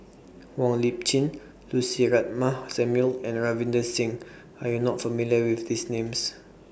Wong Lip Chin Lucy Ratnammah Samuel and Ravinder Singh Are YOU not familiar with These Names